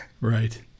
Right